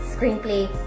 screenplay